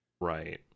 Right